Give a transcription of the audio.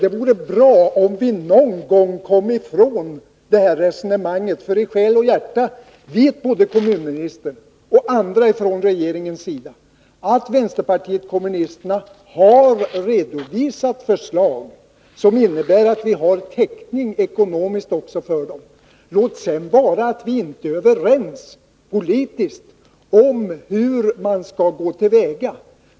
Det vore bra, om man någon gång kom ifrån talet om att vpk saknar täckning för sina förslag, för i själ och hjärta vet både kommunministern och andra inom regeringen att vänsterpartiet kommunisterna har redovisat förslag, som det också finns ekonomisk täckning för. Låt vara att vi sedan inte är överens politiskt om hur man skall gå till väga.